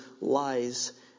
lies